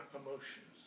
emotions